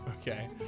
Okay